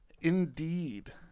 Indeed